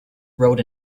rode